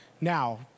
now